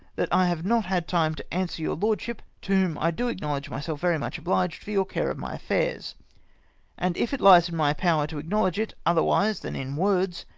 that i have not had time to answer your lordship, to whom i do acknowledge myself very much obliged for your care of my affairs and if it lies in my power to acknowledge it otherwise than in words,